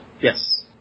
yes